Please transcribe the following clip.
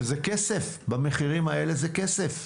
שזה כסף במחירים האלה זה כסף.